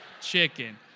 chicken